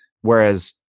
whereas